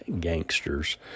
gangsters